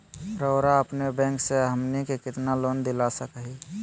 रउरा अपन बैंक से हमनी के कितना लोन दिला सकही?